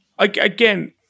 again